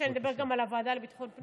שאני אדבר גם על הוועדה לביטחון הפנים?